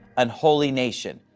an holy nation,